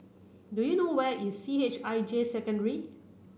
do you know where is C H I J Secondary